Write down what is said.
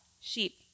sheep